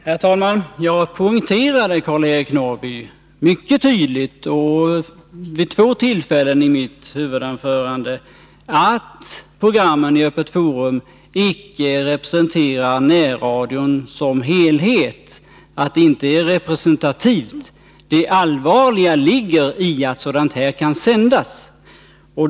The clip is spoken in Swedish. Herr talman! Jag poängterade, Karl-Eric Norrby, mycket tydligt vid två tillfällen i mitt huvudanförande att programmet Öppet Forum icke var representativt för närradion som helhet. Det allvarliga är dock att ett sådant program kan sändas.